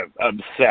obsessed